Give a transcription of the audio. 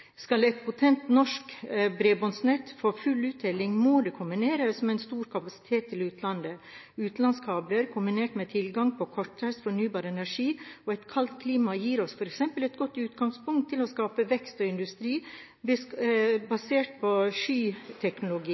Skal et potent norsk bredbåndsnett få full uttelling, må det kombineres med stor kapasitet til utlandet. Utenlandskabler kombinert med tilgang på kortreist fornybar energi og et kaldt klima gir oss f.eks. et godt utgangspunkt for å skape vekst og industri basert på